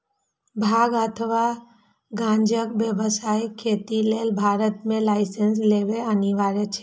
भांग अथवा गांजाक व्यावसायिक खेती लेल भारत मे लाइसेंस लेब अनिवार्य छै